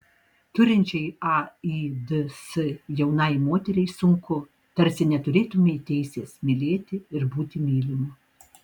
turinčiai aids jaunai moteriai sunku tarsi neturėtumei teisės mylėti ir būti mylimu